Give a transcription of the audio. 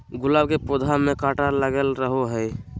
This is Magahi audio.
गुलाब के पौधा में काटा लगल रहो हय